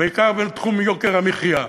בעיקר בתחום יוקר המחיה,